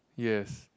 yes